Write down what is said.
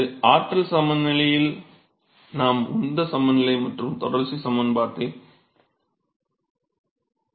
இது ஆற்றல் சமநிலையில் நாம் உந்த சமநிலை மற்றும் தொடர்ச்சி சமன்பாட்டைக் கொண்டுள்ளோம்